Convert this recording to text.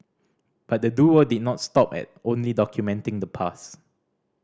but the duo did not stop at only documenting the past